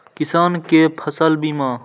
किसान कै फसल बीमा?